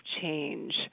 change